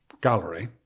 gallery